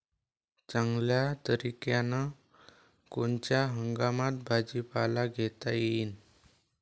चांगल्या तरीक्यानं कोनच्या हंगामात भाजीपाला घेता येईन?